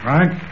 Right